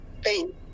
pain